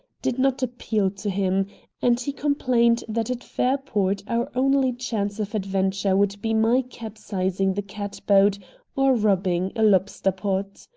did not appeal to him and he complained that at fairport our only chance of adventure would be my capsizing the catboat or robbing a lobster-pot.